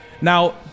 Now